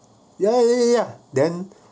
ya ya ya ya then